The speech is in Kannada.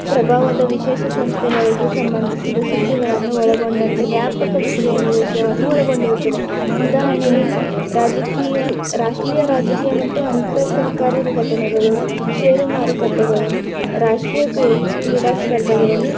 ಪ್ರಭಾವದ ವಿಶೇಷ ಸಂಸ್ಥೆಗಳಿಗೆ ಸಂಬಂಧಿಸಿದ ಸುದ್ದಿಗಳನ್ನು ಒಳಗೊಂಡಂತೆ ವ್ಯಾಪಕ ಶ್ರೇಣಿಯ ವಿಷಯವನ್ನು ಒಳಗೊಂಡಿರುತ್ತದೆ ಉದಾಹರಣೆಗೆ ರಾಜಕೀಯ ರಾಷ್ಟ್ರೀಯ ರಾಜಕೀಯ ಮತ್ತು ಅಂತರ್ ಸರ್ಕಾರಿ ಘಟನೆಗಳು ಷೇರು ಮಾರುಕಟ್ಟೆಗಳು ರಾಷ್ಟ್ರೀಯ ಕ್ರೀಡಾ ಸ್ಪರ್ಧೆಗಳು